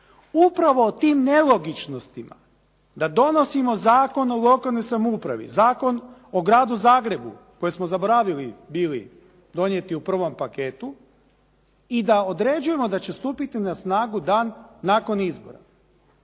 upravo o tim nelogičnostima da donosimo Zakon o lokalnoj samoupravi, Zakon o gradu Zagrebu koji smo zaboravili bili donijeti u prvom paketu i da određujemo da će stupiti na snagu dan nakon izbora,